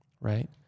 right